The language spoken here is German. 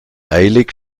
eilig